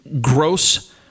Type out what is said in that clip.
gross